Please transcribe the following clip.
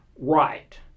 right